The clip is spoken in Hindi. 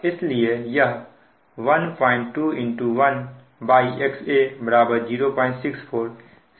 इसलिए यह 12 1XA 064 sin होगा